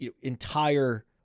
entire